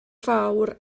fawr